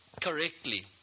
correctly